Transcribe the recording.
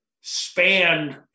spanned